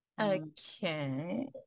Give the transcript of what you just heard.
okay